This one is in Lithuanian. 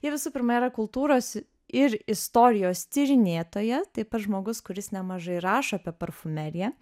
ji visų pirma yra kultūros ir istorijos tyrinėtoja taip pat žmogus kuris nemažai rašo apie parfumeriją